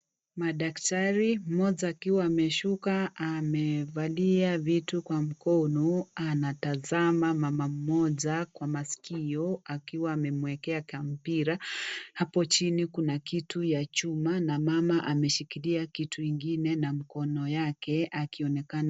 Madaktari, mmoja akiwa ameshuka amevalia vitu kwa mkono anatazama mama mmoja kwa masikio akiwa amemwekea kampira. Hapo chini kuna kitu ya chuma na mama ameshikilia kitu ingine na mkono yake akionekana.